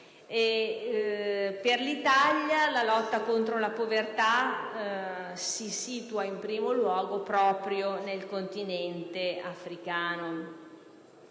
Per l'Italia la lotta alla povertà si situa in primo luogo proprio nel continente africano.